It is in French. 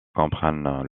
comprennent